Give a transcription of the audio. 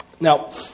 Now